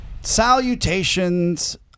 Salutations